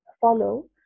follow